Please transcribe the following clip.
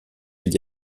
gli